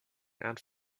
and